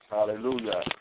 Hallelujah